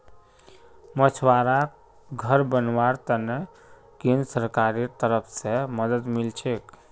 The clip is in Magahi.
मछुवाराक घर बनव्वार त न केंद्र सरकारेर तरफ स मदद मिल छेक